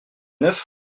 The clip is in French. neuf